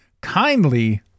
kindly